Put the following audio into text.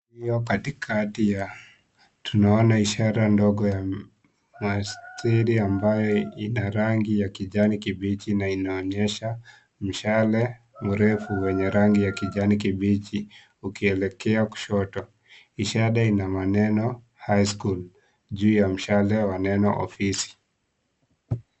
Iliyo katikati ya tunaona ishara ndogo ya mastiri ambayo ina rangi ya kijani kibichi na inaonyesha mshale mrefu wenye rangi ya kijani kibichi ukielekea kushoto mshale una neno high school juu ya mshale wa neno ofisi.